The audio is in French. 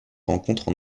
rencontrent